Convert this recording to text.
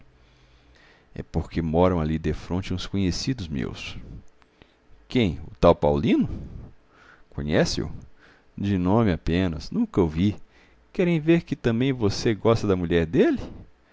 é porque moram ali defronte uns conhecidos meus quem o tal paulino conhece-o de nome apenas nunca o vi querem ver que também você gosta da mulher dele